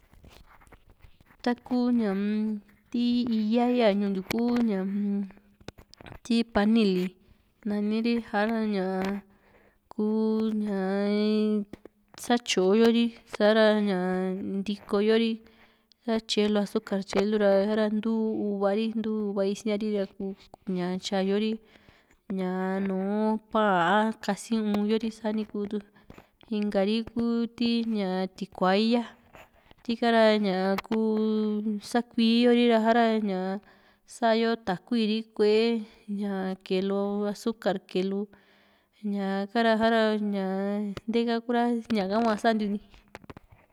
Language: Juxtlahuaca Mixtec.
takuu ti íyaa yaa ñuu ntiu ku ti panili naniri sa´ra ña kuu ña satyo yo risa´ra ña ntiko yo ri satyae lu azúcar tyaelu ra sa´ra ntuu uvaa ri isiari ra kuu tyaeri nùù paan a kasi un yo ri sani kutuu, inka ri kuu ti ña tikua íya tika ra kuu sakui´yo ri´a ñaa sa´yo takui ri koe ña kee lu azúcar kee lu ñaa ka´ra ha´ra ñaa ntee ha kura ñaka hua santiu ni.